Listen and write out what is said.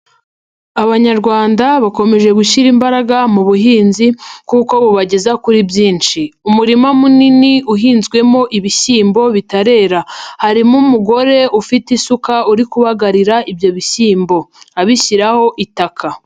Abanyarwanda bakomeje gushyira imbaraga mu buhinzi kuko bubageza kuri byinshi, umurima munini uhinzwemo ibishyimbo bitarera, harimo umugore ufite isuka uri kubagarira ibyo bishyimbo abishyiraho itaka.